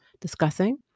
discussing